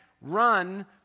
run